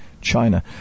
China